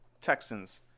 Texans